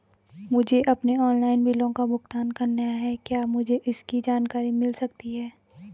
मुझे अपने ऑनलाइन बिलों का भुगतान करना है क्या मुझे इसकी जानकारी मिल सकती है?